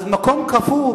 אז מקום קפוא,